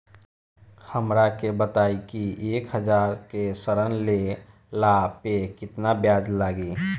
हमरा के बताई कि एक हज़ार के ऋण ले ला पे केतना ब्याज लागी?